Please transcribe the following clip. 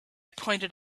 pointed